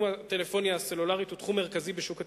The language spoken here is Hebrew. תחום הטלפוניה הסלולרית הוא תחום מרכזי בשוק התקשורת,